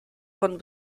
von